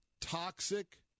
toxic